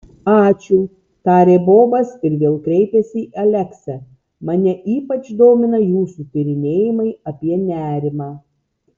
ačiū tarė bobas ir vėl kreipėsi į aleksę mane ypač domina jūsų tyrinėjimai apie nerimą